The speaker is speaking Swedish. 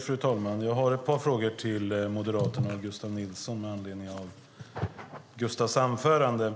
Fru talman! Jag har ett par frågor till Moderaterna och Gustav Nilsson med anledning av hans anförande.